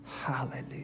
Hallelujah